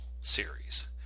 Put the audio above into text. series